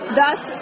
thus